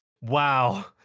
Wow